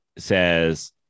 says